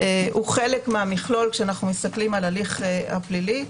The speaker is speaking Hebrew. הוא חלק מהמכלול כשמסתכלים על הליך הפלילי.